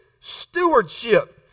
stewardship